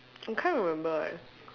I kind of remember eh